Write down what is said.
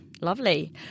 Lovely